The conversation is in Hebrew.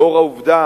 לאור העובדה